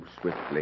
swiftly